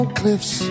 cliffs